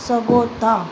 सघो था